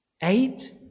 Eight